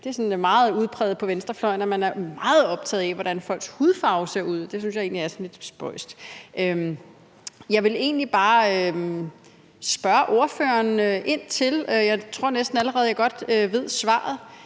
Det er meget udpræget på venstrefløjen, at man er meget optaget af, hvilken hudfarve folk har, og det synes jeg egentlig er lidt spøjst. Jeg vil egentlig bare spørge ordføreren ind til – og jeg tror næsten at jeg allerede godt kender svaret